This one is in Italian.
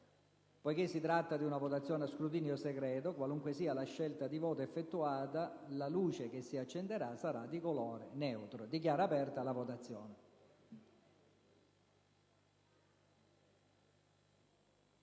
Poiché si tratta di una votazione a scrutinio segreto, qualunque sia la scelta di voto effettuata, la luce che si accenderà sarà di colore neutro. Dichiaro aperta la votazione.